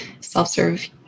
self-serve